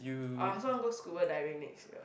I also want go scuba diving next year